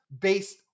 based